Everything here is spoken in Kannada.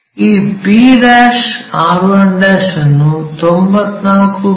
ಈ p r1 ಅನ್ನು 94 ಮಿ